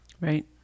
right